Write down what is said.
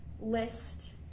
list